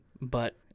But-